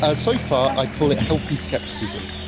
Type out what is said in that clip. ah so far i'd call it healthy scepticism.